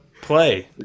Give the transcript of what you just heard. play